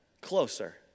closer